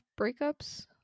breakups